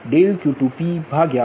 એ જ રીતે Q માટે પણ તમે Q22p Q23p